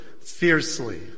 fiercely